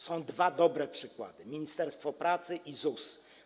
Są dwa dobre przykłady: ministerstwo pracy i ZUS.